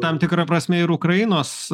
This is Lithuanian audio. tam tikra prasme ir ukrainos